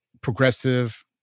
progressive